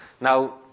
Now